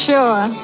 Sure